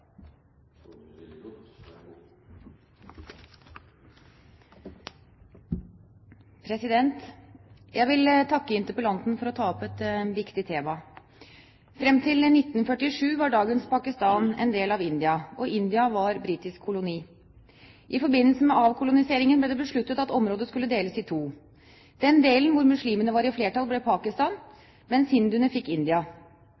Jeg vil takke interpellanten for å ta opp et viktig tema. Frem til 1947 var dagens Pakistan en del av India, og India var britisk koloni. I forbindelse med avkoloniseringen ble det besluttet at området skulle deles i to. Den delen hvor muslimene var i flertall, ble